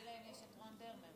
במקביל להם יש את רון דרמר.